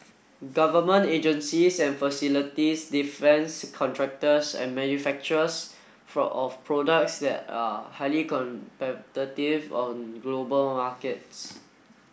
government agencies and facilities defence contractors and manufacturers for of products that are highly competitive on global markets